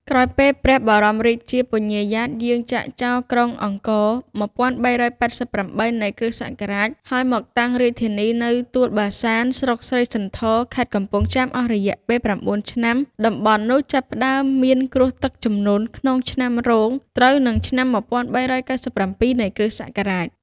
ក្រោយពេលព្រះបរមរាជា ពញ្ញាយ៉ាត យាងចាកចោល ក្រុងអង្គរ ១៣៨៨ នៃគ.សករាជ ហើយមកតាំងរាជធានីនៅទួលបាសាន ស្រុកស្រីសន្ធរ ខេត្តកំពង់ចាម អស់រយៈពេល ៩ ឆ្នាំ តំបន់នោះចាប់ផ្ដើមមានគ្រោះទឹកជំនន់ធំក្នុងឆ្នាំរោង ត្រូវនិងឆ្នាំ ១៣៩៧ នៃគ.សករាជ